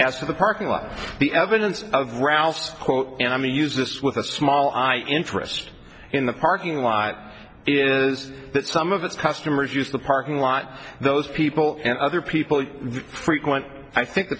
and as for the parking lot the evidence of ralph's and i may use this with a small i interest in the parking lot is that some of its customers use the parking lot those people and other people who frequent i think the